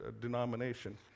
denomination